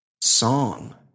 song